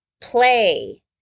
play